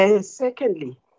Secondly